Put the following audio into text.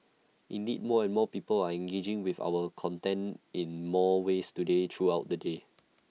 indeed more and more people are engaging with our content in more ways today throughout the day